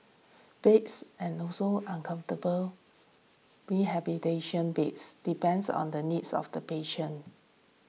beds and also uncomfortable rehabilitation beds depends on the needs of the patients